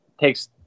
Takes